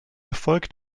erfolg